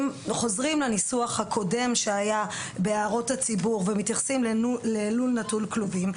אם חוזרים לניסוח הקודם שהיה בהערות הציבור ומתייחסים ללול נטול כלובים,